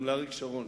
גם לאריק שרון.